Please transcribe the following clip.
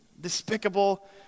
despicable